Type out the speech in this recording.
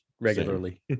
regularly